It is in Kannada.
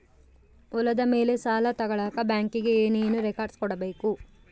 ಹೊಲದ ಮೇಲೆ ಸಾಲ ತಗಳಕ ಬ್ಯಾಂಕಿಗೆ ಏನು ಏನು ರೆಕಾರ್ಡ್ಸ್ ಕೊಡಬೇಕು?